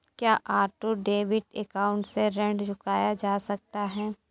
क्या auto debit account से ऋण चुकाया जा सकता है?